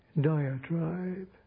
diatribe